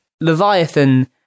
Leviathan